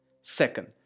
Second